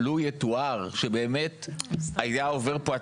אתה יודע למה העם אמר את דברו?